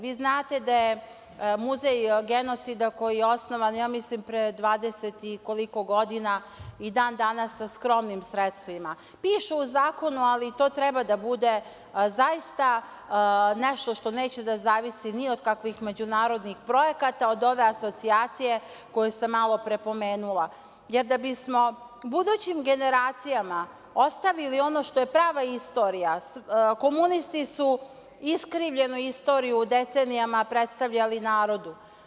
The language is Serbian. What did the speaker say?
Vi znate da je Muzej genocida koji je osnovan, ja mislim pre dvadeset i koliko godina, i dan danas sa skromnim sredstvima, piše u zakonu, ali to treba da bude zaista nešto što neće da zavisi ni od kakvim međunarodnih projekata, od ove asocijacije koju sam malopre pomenula, jer da bismo budućim generacijama ostavili ono što je prava istorija, komunisti su iskrivljeno istoriju decenijama predstavljali narodu.